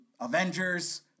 Avengers